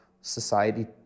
society